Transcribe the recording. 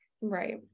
right